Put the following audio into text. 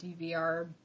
DVR